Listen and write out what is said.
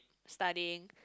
studying